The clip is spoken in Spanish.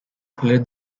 flor